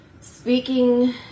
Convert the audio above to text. speaking